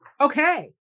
Okay